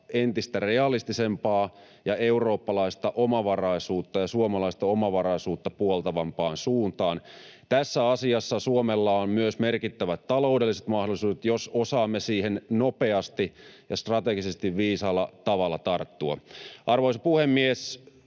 entistä realistisempaan ja eurooppalaista omavaraisuutta ja suomalaista omavaraisuutta puoltavampaan suuntaan. Tässä asiassa Suomella on myös merkittävät taloudelliset mahdollisuudet, jos osaamme siihen nopeasti ja strategisesti viisaalla tavalla tarttua. Arvoisa puhemies!